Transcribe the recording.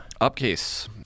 Upcase